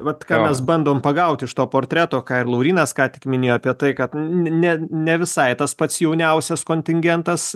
vat ką mes bandom pagauti iš to portreto ką ir laurynas ką tik minėjo apie tai kad ne ne ne visai tas pats jauniausias kontingentas